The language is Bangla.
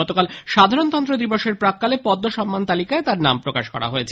গতকাল সাধারণতন্ত্র দিবসের প্রাক্কালে পদ্ম সম্মান তালিকায় তাঁর নাম প্রকাশ করা হয়েছে